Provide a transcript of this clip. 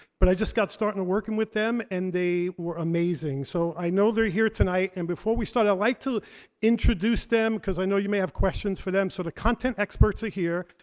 but i just got starting to working with them and they were amazing. so i know they're here tonight. and before we start i'd like to introduce them, because i know you may have questions for them. so the content experts are here.